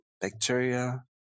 bacteria